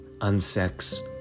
unsex